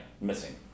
Missing